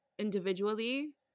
individually